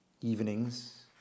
Evenings